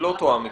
לא תואם אתכם.